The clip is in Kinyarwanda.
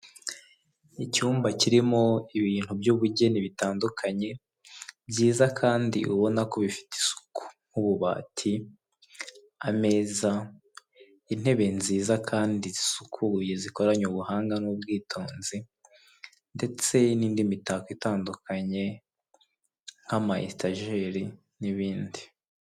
Icyumba kirimo ibintu by'ubugeni bitandukanye byiza kandi ubona ko bifite isuku nk'ububati, ameza, intebe nziza kandi zisukuye zikoranye ubuhanga n'ubwitonzi ndetse n'indi mitako itandukanye nk'amayetajeri n'ibindi.